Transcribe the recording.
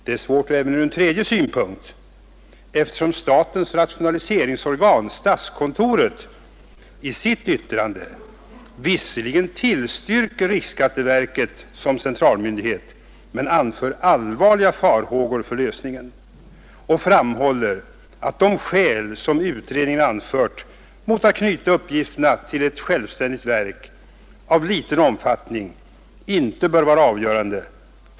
Det är svårt även ur en tredje synpunkt, nämligen att statens rationaliseringsorgan, statskontoret, i sitt yttrande visserligen tillstyrker riksskatteverket som central myndighet men anför allvarliga farhågor för lösningen och framhåller att de skäl som utredningen anfört mot att knyta uppgifterna till ett självständigt verk av liten omfattning inte bör vara avgörande.